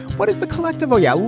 what is the collective yeah.